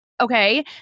Okay